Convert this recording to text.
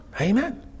Amen